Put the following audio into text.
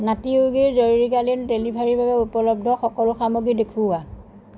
নাটী য়োগীৰ জৰুৰীকালীন ডেলিভাৰীৰ বাবে উপলব্ধ সকলো সামগ্ৰী দেখুওৱা